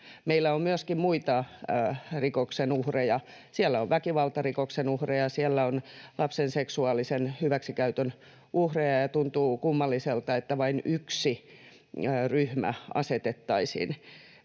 Meillä on myöskin muita rikoksen uhreja. Siellä on väkivaltarikoksen uhreja, siellä on lapsen seksuaalisen hyväksikäytön uhreja, ja tuntuu kummalliselta, että vain yksi ryhmä asetettaisiin